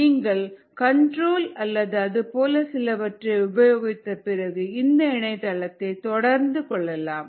நீங்கள் கண்ட்ரோல் அல்லது அது போல சிலவற்றை உபயோகித்து பிறகு இந்த இணையதளத்தை தொடர்பு கொள்ளலாம்